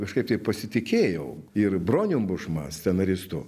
kažkaip taip pasitikėjau ir bronium bušma scenaristu